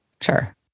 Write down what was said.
Sure